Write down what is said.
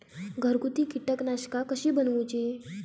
घरगुती कीटकनाशका कशी बनवूची?